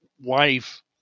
wife